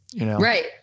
Right